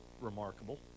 remarkable